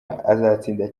azatsinda